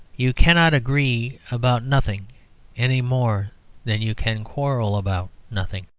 you cannot agree about nothing any more than you can quarrel about nothing.